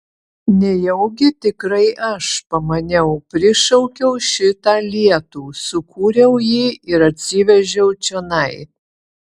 nejaugi tikrai aš pamaniau prišaukiau šitą lietų sukūriau jį ir atsivežiau čionai